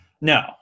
No